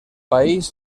país